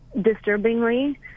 Disturbingly